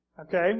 Okay